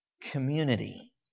community